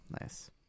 nice